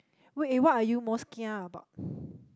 wait eh what are you most kia about